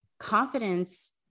Confidence